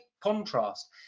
contrast